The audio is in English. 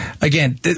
again